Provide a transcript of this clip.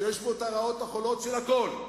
שיש בו הרעות החולות של הכול,